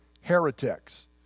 heretics